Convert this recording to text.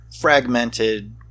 fragmented